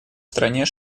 стране